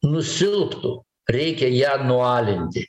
nusilptų reikia ją nualinti